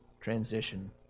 transition